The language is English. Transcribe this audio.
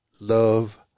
love